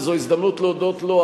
וזאת הזדמנות להודות לו,